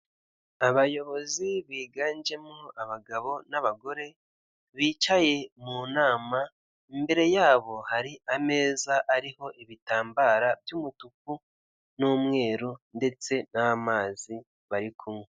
Abayobozi biganjemo abagabo n'abagore bicaye mu nama imbere yabo hari ameza ariho ibitambaro by'umutuku n'umweru ndetse n'amazi bari kunywa.